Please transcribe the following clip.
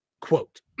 quote